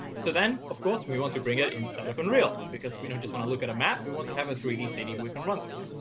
so then, of course, we want to bring it inside of unreal because we know just when to look at a map. we want to have a three d city we can run through.